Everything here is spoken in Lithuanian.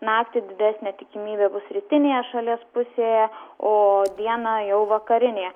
naktį didesnė tikimybė bus rytinėje šalies pusėje o dieną jau vakarinėje